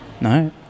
no